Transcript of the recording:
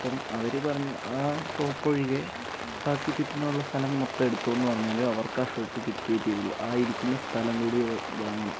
അപ്പം അവർ പറഞ്ഞു ആ ഷോപ്പൊഴികെ ബാക്കി ചുറ്റിനുള്ള സ്ഥലം മൊത്തം എടുത്തോ എന്ന് പറഞ്ഞാൽ അവർക്ക് ആ ഷോപ്പ് കിട്ടിയേ തീരുള്ളൂ ആ ഇരിക്കുന്ന സ്ഥലം കൂടി വാങ്ങണം